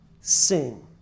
sing